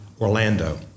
Orlando